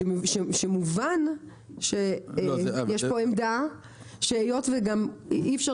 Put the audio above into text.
שיובן שיש פה עמדה שהיות וגם אי אפשר